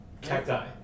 cacti